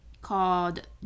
called